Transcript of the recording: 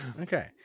Okay